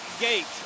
gate